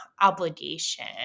obligation